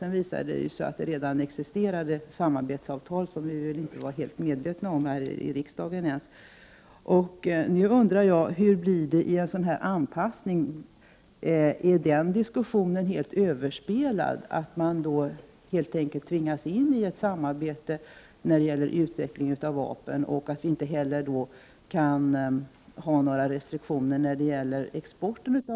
Sedan visade det sig att det redan existerade samarbetsavtal, som vi inte var helt medvetna om ens här i riksdagen. Nu undrar jag: Hur blir det vid en sådan här anpassning — är diskussionen om samarbete då överspelad, tvingas man då helt enkelt in i ett samarbete när det gäller utveckling av vapen och kan vi då inte heller ha några restriktioner när det gäller export av vapen?